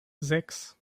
sechs